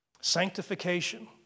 Sanctification